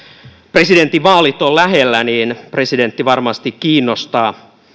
presidentinvaalit on lähellä niin presidentti varmasti kiinnostaa